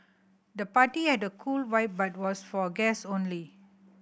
the party had a cool vibe but was for guest only